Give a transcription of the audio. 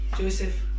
Joseph